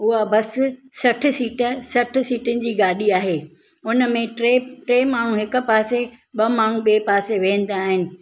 उहा बस सठि सीट सठि सीटनि जी गाॾी आहे हुन में टे टे माण्हू हिकु पासे ॿ माण्हू ॿिए पासे विहंदा आहिनि